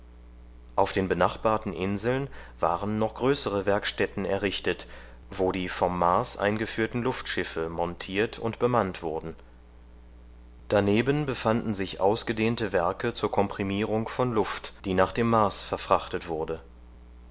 auf den benachbarten inseln waren noch große werkstätten errichtet wo die vom mars eingeführten luftschiffe montiert und bemannt wurden daneben befanden sich ausgedehnte werke zur komprimierung von luft die nach dem mars verfrachtet wurde